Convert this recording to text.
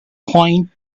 point